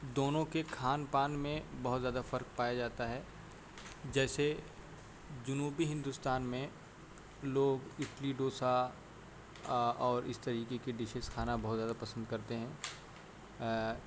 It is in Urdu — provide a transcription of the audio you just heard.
دونوں کے کھان پان میں بہت زیادہ فرق پایا جاتا ہے جیسے جنوبی ہندوستان میں لوگ اڈلی ڈوسا اور اس طریقے کے ڈشز کھانا بہت زیادہ پسند کرتے ہیں